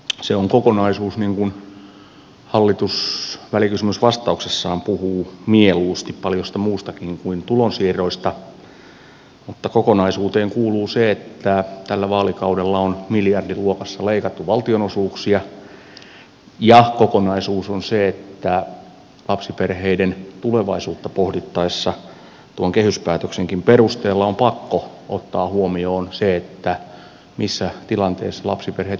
se on kokonaisuus niin kuin hallitus välikysymysvastauksessaan puhuu mieluusti paljosta muustakin kuin tulonsiirroista ja kokonaisuuteen kuuluu se että tällä vaalikaudella on miljardiluokassa leikattu valtionosuuksia ja kokonaisuutta on se että lapsiperheiden tulevaisuutta pohdittaessa tuon kehyspäätöksenkin perusteella on pakko ottaa huomioon se missä tilanteessa lapsiperheet ylipäätänsä ovat